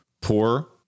poor